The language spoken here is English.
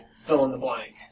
fill-in-the-blank